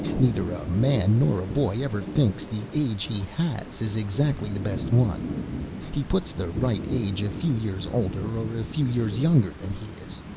neither a man nor a boy ever thinks the age he has is exactly the best one he puts the right age a few years older or a few years younger than he is.